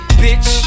bitch